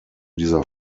dieser